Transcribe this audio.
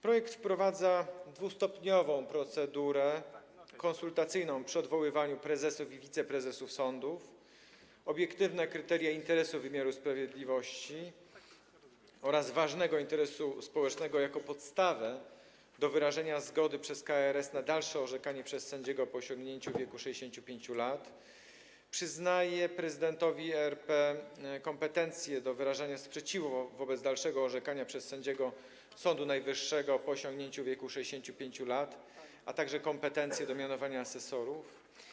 Projekt wprowadza dwustopniową procedurę konsultacyjną przy odwoływaniu prezesów i wiceprezesów sądów i obiektywne kryteria interesu wymiaru sprawiedliwości oraz ważnego interesu społecznego jako podstawę do wyrażenia przez KRS zgody na dalsze orzekanie przez sędziego po osiągnięciu wieku 65 lat, a także przyznaje prezydentowi RP kompetencje do wyrażania sprzeciwu wobec dalszego orzekania przez sędziego Sądu Najwyższego po osiągnięciu wieku 65 lat, a także kompetencje do mianowania asesorów.